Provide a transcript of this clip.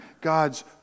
God's